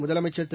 முதலமைச்சர் திரு